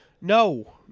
No